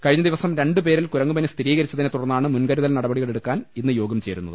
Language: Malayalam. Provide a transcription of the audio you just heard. കഴിഞ്ഞ ദിവസം രണ്ടു പേരിൽ കുരങ്ങുപനി സ്ഥിരീകരിച്ചതിനെ തുടർന്നാണ് മുൻകരുതൽ നടപടികളെടു ക്കാൻ ഇന്ന് യോഗം ചേരുന്നത്